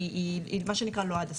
היא מה שנקרא לא עד הסוף.